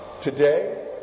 Today